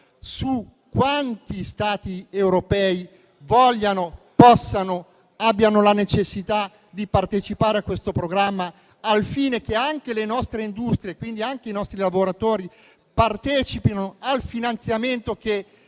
di quanti Stati europei vogliano, possano e abbiano la necessità di partecipare al programma, al fine che anche le nostre industrie e quindi i nostri lavoratori partecipino al finanziamento che